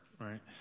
Right